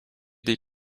des